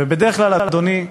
ובדרך כלל, אדוני,